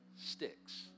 sticks